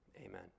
Amen